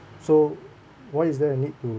so why is there a need to